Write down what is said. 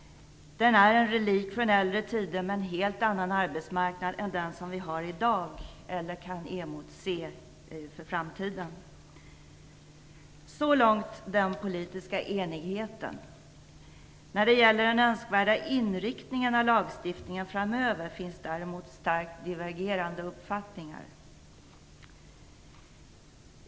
Den är en relikt från äldre tider med en helt annan arbetsmarknad än den som vi har i dag eller kan emotse för framtiden. Så långt finns det politisk enighet. När det gäller den önskvärda inriktningen av lagstiftningen framöver finns däremot starkt divergerande uppfattningar.